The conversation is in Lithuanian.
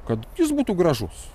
kad jis būtų gražus